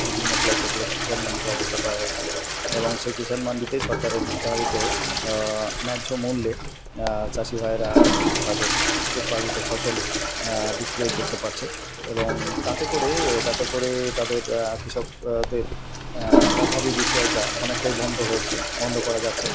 বিভিন্ন ব্লকে ব্লকে কিষাণ মান্ডির ব্যবস্থা করা হয়েছে এবং সেই কিষাণ মান্ডিতে সরকারের নির্ধারিত ন্যায্য মূল্যে চাষি ভাইয়েরা তাদের উৎপাদিত ফসল বিক্রয় করতে পারছে এবং তাতে করে তাতে করে তাদের কিষকদের অভাবী বিক্রয়টা অনেকটাই বন্ধ হয়েছে বন্ধ করা যাচ্ছে